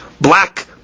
black